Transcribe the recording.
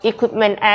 Equipment